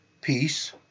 Peace